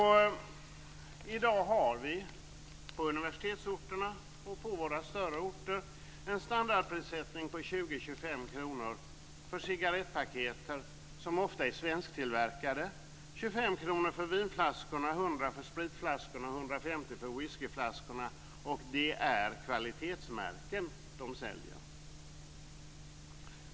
I dag finns det på universitetsorterna och i våra större orter en standardprissättning som innebär 20-25 kr för ett paket cigarretter som ofta är svensktillverkade, 25 kr för en vinflaska, 100 kr för en spritflaska och 150 kr för en flaska whisky, och det rör sig om kvalitetsmärken.